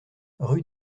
rue